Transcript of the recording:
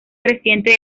reciente